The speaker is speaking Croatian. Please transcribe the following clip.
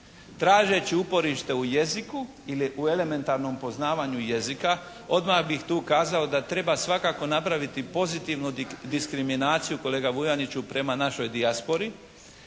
tražeći uporište u jeziku ili u elementarnom poznavanju jezika. Odmah bi tu kazao da treba svakako napraviti pozitivnu diskriminaciju kolega Vuljaniću prema našoj dijaspori,